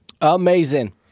Amazing